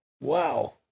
Wow